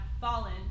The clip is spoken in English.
fallen